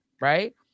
right